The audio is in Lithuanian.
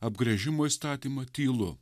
apgręžimo įstatymą tylu